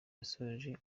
yasoje